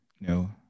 No